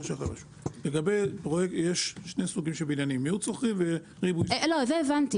יש שני סוגים של בניינים: מיעוט שוכרים וריבוי -- זה הבנתי.